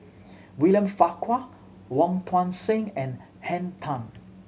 William Farquhar Wong Tuang Seng and Henn Tan